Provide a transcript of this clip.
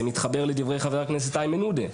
זה מתחבר לדברי חבר הכנסת איימן עודה.